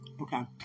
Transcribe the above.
Okay